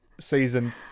Season